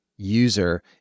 user